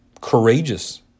courageous